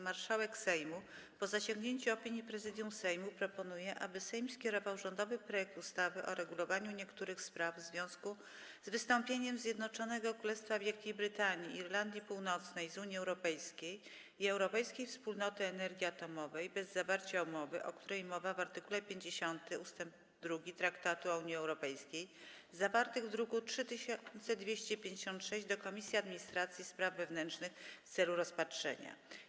Marszałek Sejmu, po zasięgnięciu opinii Prezydium Sejmu, proponuje, aby Sejm skierował rządowy projekt ustawy o uregulowaniu niektórych spraw w związku z wystąpieniem Zjednoczonego Królestwa Wielkiej Brytanii i Irlandii Północnej z Unii Europejskiej i Europejskiej Wspólnoty Energii Atomowej bez zawarcia umowy, o której mowa w art. 50 ust. 2 Traktatu o Unii Europejskiej, zawarty w druku nr 3256, do Komisji Administracji i Spraw Wewnętrznych w celu rozpatrzenia.